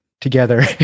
together